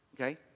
okay